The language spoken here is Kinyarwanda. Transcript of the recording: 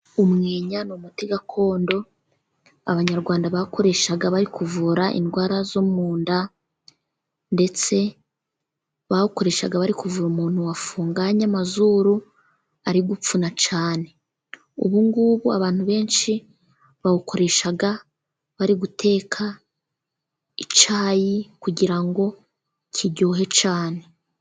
Umwenya ni umuti gakondo, Abanyarwanda bakoreshaga bari kuvura indwara zo mu nda, ndetse bawukoreshaga bari kuvura umuntu wafunganye amazuru, ari gupfuna cyane. Ubungubu, abantu benshi bawukoresha bari guteka icyayi kugira ngo kiryohe cyane.